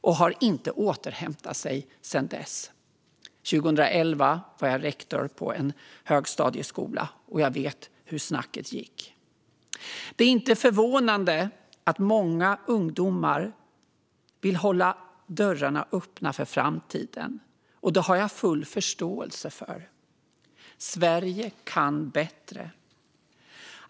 Läget har inte återhämtat sig sedan dess. År 2011 var jag rektor på en högstadieskola, och jag vet hur snacket gick. Det är inte förvånande att många ungdomar vill hålla dörrarna öppna för framtiden. Det har jag full förståelse för. Sverige kan bättre.